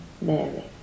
Mary